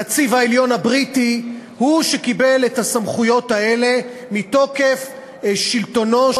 הנציב העליון הבריטי הוא שקיבל את הסמכויות האלה מתוקף שלטונו,